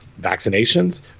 vaccinations